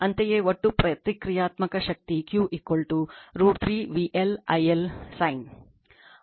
ಅಂತೆಯೇ ಒಟ್ಟು ಪ್ರತಿಕ್ರಿಯಾತ್ಮಕ ಶಕ್ತಿ Q √ 3 VL I L sin